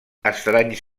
estranys